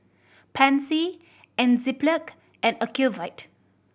Pansy Enzyplex and Ocuvite